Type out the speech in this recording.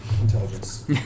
Intelligence